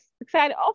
excited